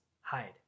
hide